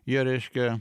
jie reiškia